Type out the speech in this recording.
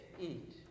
eat